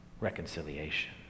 reconciliation